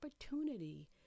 opportunity